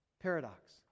Paradox